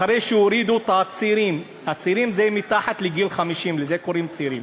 אחרי שהורידו את הצעירים, מתחת לגיל 50 זה צעירים,